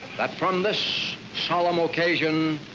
that from this solemn occasion,